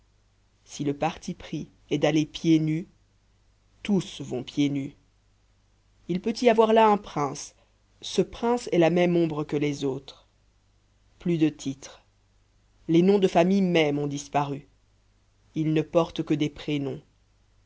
si le parti pris est d'aller pieds nus tous vont pieds nus il peut y avoir là un prince ce prince est la même ombre que les autres plus de titres les noms de famille même ont disparu ils ne portent que des prénoms